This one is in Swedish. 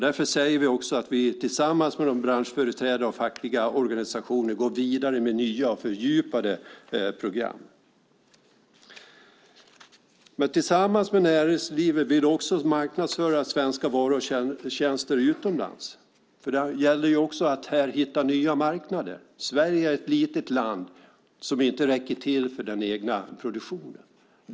Därför säger vi också att vi tillsammans med branschföreträdare och fackliga organisationer går vidare med nya och fördjupade program. Men tillsammans med näringslivet vill vi också marknadsföra svenska varor och tjänster utomlands. Det gäller ju också att hitta nya marknader. Sverige är ett litet land som inte räcker till för den egna produktionen.